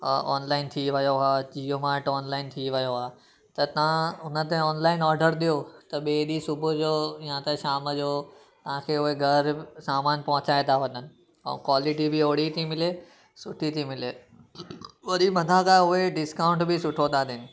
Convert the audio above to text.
ओ online थी वियो आहे जियोमाट ओनलाइन थी वियो आहे त तव्हां उन ते ऑनलाइन ऑडर ॾियो त ॿिए ॾींहं सुबुह जो या शाम जो तव्हांखे उहे घरु सामान पहुचाए था वञनि ऐं क्वालिटी बि ओहिड़ी थी मिले सुठी थी मिले वरी मथां त उहे डिस्काउंट बि सुठो था ॾियनि